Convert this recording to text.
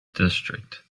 district